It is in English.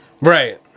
Right